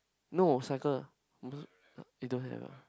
no cycle you don't have ah